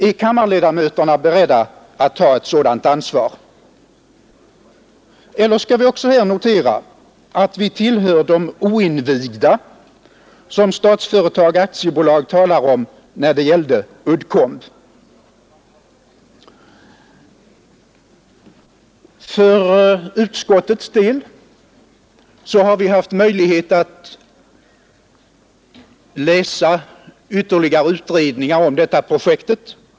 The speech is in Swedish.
Är kammarledamöterna beredda att ta ett sådant ansvar? Eller skall vi också här notera, att vi tillhör de oinvigda, som Statsföretag AB talade om när det gällde Uddcomb? I utskottet har vi haft möjlighet att läsa ytterligare utredningar om detta projekt.